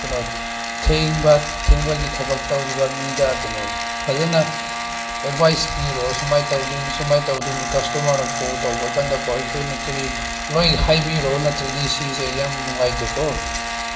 ꯀꯩꯅꯣ ꯊꯦꯡꯕ ꯊꯦꯡꯕꯒꯤ ꯊꯕꯛ ꯇꯧꯔꯤꯕ ꯃꯤꯗ ꯀꯩꯅꯣ ꯐꯖꯅ ꯑꯦꯠꯕꯥꯏꯁ ꯄꯤꯔꯣ ꯁꯨꯃꯥꯏꯅ ꯇꯧꯗꯣꯏꯅꯤ ꯁꯨꯃꯥꯏꯅ ꯇꯧꯗꯣꯏꯅꯤ ꯀꯁꯇꯃꯔꯅ ꯀꯣꯜ ꯇꯧꯕꯀꯥꯟꯗ ꯑꯩꯈꯣꯏꯅ ꯀꯔꯤ ꯂꯣꯏ ꯍꯥꯏꯕꯤꯔꯣ ꯅꯠꯇ꯭ꯔꯗꯤ ꯁꯤꯁꯦ ꯌꯥꯝ ꯅꯨꯡꯉꯥꯏꯇꯦꯀꯣ